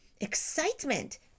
excitement